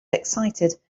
excited